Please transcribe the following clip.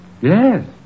Yes